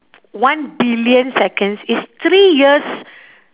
one billion seconds is three years